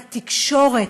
התקשורת,